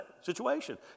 situation